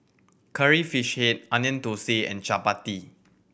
Curry Fish Head Onion Thosai and chappati